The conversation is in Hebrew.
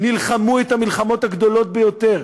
נלחמו את המלחמות הגדולות ביותר.